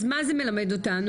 אז מה זה מלמד אותנו?